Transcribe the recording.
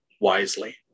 wisely